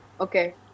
okay